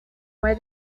where